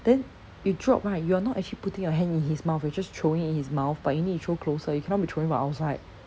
then you drop right you are not actually putting your hand in his mouth you are just throwing it in his mouth but you need to throw closer you cannot be throwing from outside